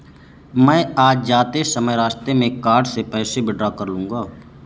मैं आज जाते समय रास्ते में कार्ड से पैसे विड्रा कर लूंगा